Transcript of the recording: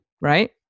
Right